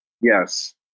Yes